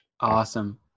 Awesome